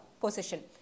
position